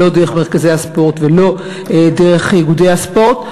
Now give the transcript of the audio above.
ולא דרך מרכזי הספורט ולא דרך איגודי הספורט.